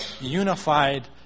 unified